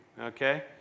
Okay